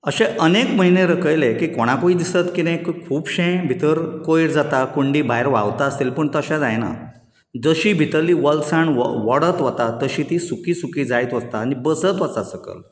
अशे अनेक म्हयने रकयले की कोणाकूय दिसत कितें की खुबशे भितर कोयर जाता कुंडी भायर व्हांवता आसतली पूण तशें जायना जशी भितरली वोलसाण वोडत वता तशी ती सुकी सुकी जायत वता आनी बसत आसा सकल